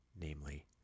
namely